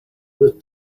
with